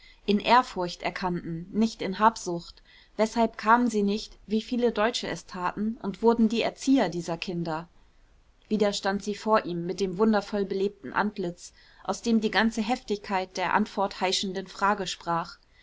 in ehrfurcht erkannten nicht in habsucht weshalb kamen sie nicht wie viele deutsche es taten und wurden die erzieher dieser kinder wieder stand sie vor ihm mit dem wundervoll belebten antlitz aus dem die ganze heftigkeit der antwort heischenden frage sprach